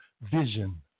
vision